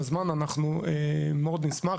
אנחנו נשמח מאוד.